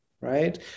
Right